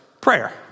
prayer